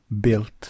Built